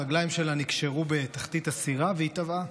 הרגליים שלה נקשרו בתחתית הסירה והיא טבעה.